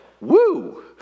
Woo